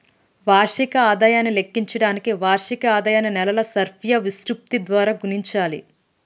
వార్షిక ఆదాయాన్ని లెక్కించడానికి వార్షిక ఆదాయాన్ని నెలల సర్ఫియా విశృప్తి ద్వారా గుణించాలి